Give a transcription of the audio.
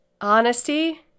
honesty